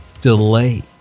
delay